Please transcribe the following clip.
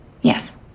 Yes